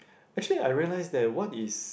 actually I realise that what is